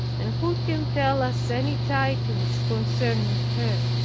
and who can tell us any tidings concerning her?